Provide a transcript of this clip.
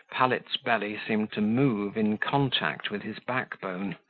pallet's belly seemed to move in contact with his back-bone,